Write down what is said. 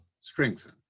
strengthen